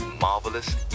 marvelous